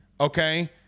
okay